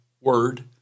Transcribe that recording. word